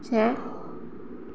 छह